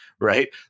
right